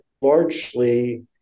largely